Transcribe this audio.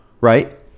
right